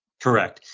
correct.